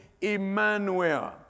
Emmanuel